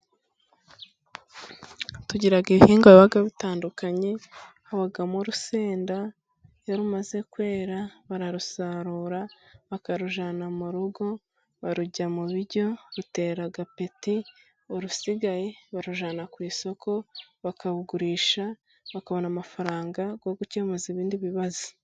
Tugira ibihingwa biba bitandukanye, habamo urusenda . Iyo rumaze kwera bararusarura bakarujyana mu rugo ,barurya mu biryo rutera apeti . Urusigaye barujyana ku isoko bakarugurisha, bakabona amafaranga yo gukemura ibindi bibazo.